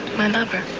my lover.